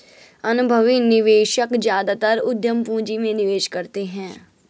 अनुभवी निवेशक ज्यादातर उद्यम पूंजी में निवेश करते हैं